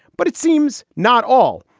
but it seems not all.